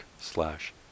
slash